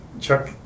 Chuck